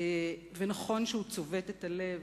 ונכון שהוא צובט את הלב.